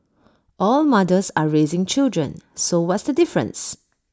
all mothers are raising children so what's the difference